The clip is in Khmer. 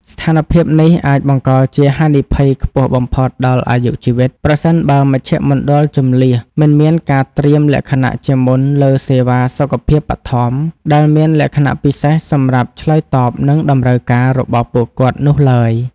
ស្ថានភាពនេះអាចបង្កជាហានិភ័យខ្ពស់បំផុតដល់អាយុជីវិត ប្រសិនបើមជ្ឈមណ្ឌលជម្លៀសមិនមានការត្រៀមលក្ខណៈជាមុនលើសេវាសុខភាពបឋម ដែលមានលក្ខណៈពិសេសសម្រាប់ឆ្លើយតបនឹងតម្រូវការរបស់ពួកគាត់នោះឡើយ។